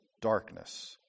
darkness